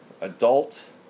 adult